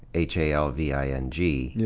h a l v i n g, yeah